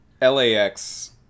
lax